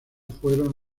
fueron